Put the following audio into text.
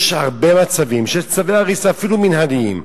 יש הרבה מצבים שיש צווי הריסה, אפילו מינהליים,